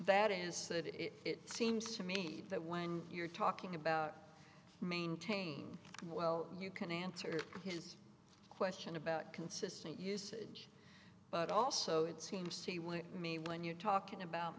that is that it seems to me that when you're talking about maintaining and well you can answer his question about consistent usage but also it seems to me when you're talking about